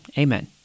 amen